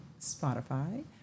Spotify